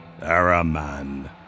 Araman